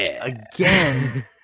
again